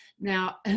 Now